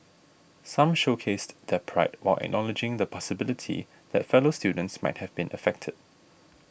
some showcased their pride while acknowledging the possibility that fellow students might have been affected